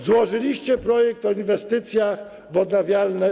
Złożyliście projekt o inwestycjach w odnawialne.